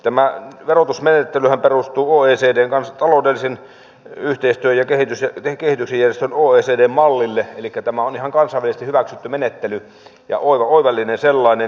tämä verotusmenettelyhän perustuu oecdn taloudellisen yhteistyön ja kehityksen järjestön mallille elikkä tämä on ihan kansainvälisesti hyväksytty menettely ja oivallinen sellainen